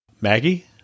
Maggie